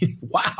wow